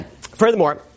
Furthermore